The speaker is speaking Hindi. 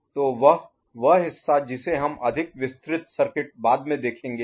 तो वह वह हिस्सा जिसे हम अधिक विस्तृत सर्किट बाद में देखेंगे